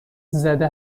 زده